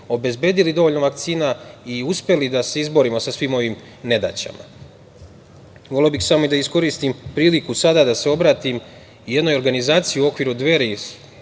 obezbedili dovoljno vakcina i uspeli da se izborimo sa svi ovim nedaćama. Voleo bih samo da iskoristim priliku sada da se obratim jednoj organizaciji u okviru Dveri,